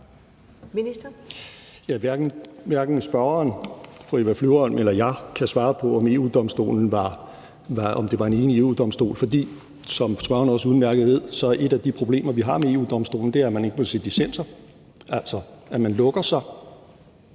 Hverken spørgeren, fru Eva Flyvholm, eller jeg kan svare på, om det var en enig EU-Domstol, for, som spørgeren også udmærket ved, er et af de problemer, vi har med EU-Domstolen, at vi ikke må se dissenser, altså at man lukker sig,